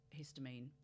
histamine